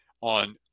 on